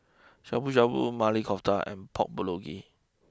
Shabu Shabu Maili Kofta and Pork Bulgogi